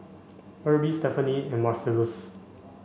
Erby Stephaine and Marcellus